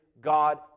God